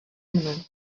mnou